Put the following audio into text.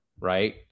right